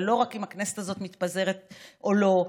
ולא רק אם הכנסת הזאת מתפזרת או לא,